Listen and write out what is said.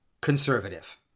conservative